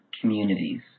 communities